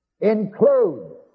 include